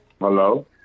hello